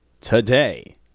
Today